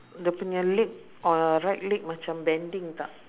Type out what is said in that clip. the punya leg or right leg macam bending tak